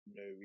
no